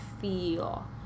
feel